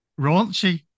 raunchy